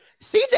CJ